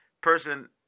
person